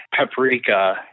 Paprika